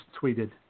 tweeted